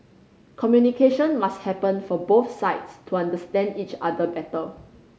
communication must happen for both sides to understand each other better